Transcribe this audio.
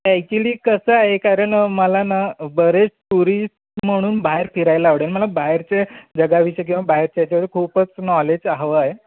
actually कसं आहे कारण मला ना बरेच टुरिस्ट म्हणून बाहेर फिरायला आवडेल मला बाहेरच्या जगाविषयी किंवा बाहेरच्या याच्यावर खूपच नॉलेज हवं आहे